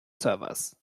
servers